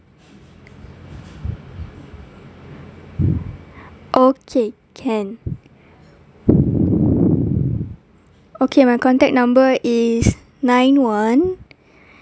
okay can okay my contact number is nine one